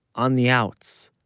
on the outs,